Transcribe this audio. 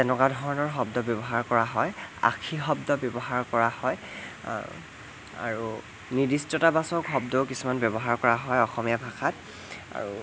তেনেকুৱা ধৰণৰ শব্দ ব্যৱহাৰ কৰা হয় আশী শব্দ ব্যৱহাৰ কৰা হয় আৰু নিৰ্দিষ্টতা বাচক শব্দ কিছুমান ব্যৱহাৰ কৰা হয় অসমীয়া ভাষাত আৰু